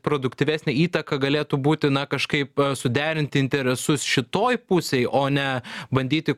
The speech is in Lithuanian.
produktyvesnė įtaka galėtų būti na kažkaip suderinti interesus šitoj pusėj o ne bandyti